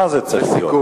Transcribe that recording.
מה זה צריך להיות?